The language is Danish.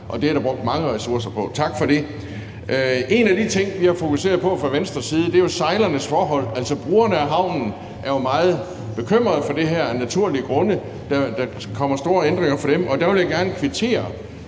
og det er der brugt mange ressourcer på. Tak for det. En af de ting, vi har fokuseret på fra Venstres side, er jo sejlernes forhold. Altså, brugerne af havnen er jo meget bekymret for det her af naturlige grunde: Der kommer store ændringer for dem. Og der vil jeg gerne kvittere